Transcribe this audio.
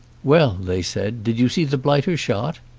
well, they said, did you see the blighter shot?